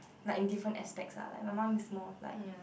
like in different aspect lah my mum is more like